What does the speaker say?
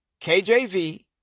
KJV